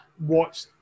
watch